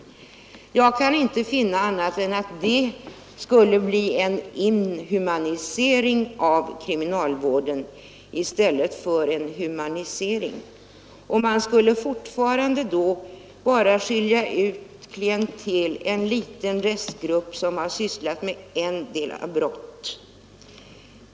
Jag kan inte finna annat än att det skulle bli en inhumanisering av kriminalvården i stället för en humanisering. Och man skulle fortfarande då bara skilja ut en liten restgrupp som har sysslat med en typ av brott.